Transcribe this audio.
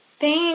Thank